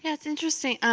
yeah it's interesting